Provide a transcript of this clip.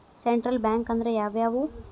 Central bank ಅಂದ್ರ ಯಾವ್ಯಾವು?